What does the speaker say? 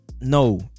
no